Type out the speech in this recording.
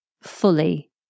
fully